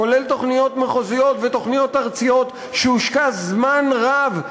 כולל תוכניות מחוזיות ותוכניות ארציות שהושקע זמן רב,